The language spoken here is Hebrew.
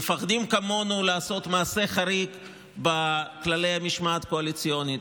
מפחדים לעשות כמונו מעשה חריג בכללי המשמעת הקואליציונית?